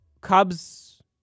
Cubs